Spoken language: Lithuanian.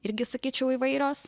irgi sakyčiau įvairios